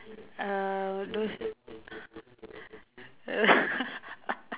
uh those